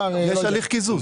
יש הליך קיזוז.